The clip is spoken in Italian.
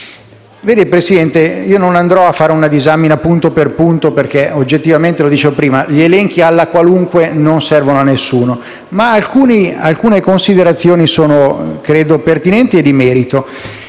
di pragmatismo. Non andrò a fare una disamina punto per punto, perché oggettivamente, come dicevo poc'anzi, gli elenchi "alla qualunque" non servono a nessuno, ma alcune considerazioni credo siano pertinenti e di merito.